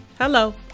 Hello